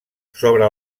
sobre